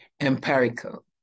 empirical